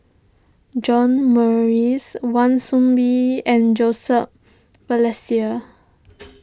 John Morrice Wan Soon Bee and Joseph Balestier